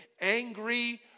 angry